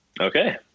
Okay